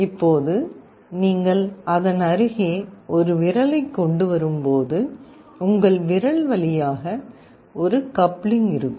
இப்போது நீங்கள் அதன் அருகே ஒரு விரலைக் கொண்டு வரும்போது உங்கள் விரல் வழியாக ஒரு கப்ளிங் இருக்கும்